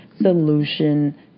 solution